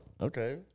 Okay